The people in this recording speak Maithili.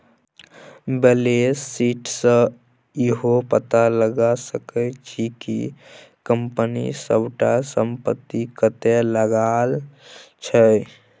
बैलेंस शीट सँ इहो पता लगा सकै छी कि कंपनी सबटा संपत्ति कतय लागल छै